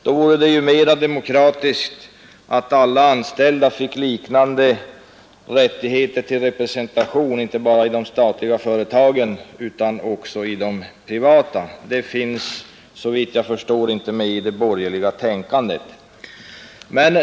Då vore det mera demokratiskt att alla anställda fick rätt till representation, inte bara i de statliga företagen utan också i de privata. Något sådant finns såvitt jag förstår inte med i de borgerliga tankegångarna.